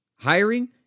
Hiring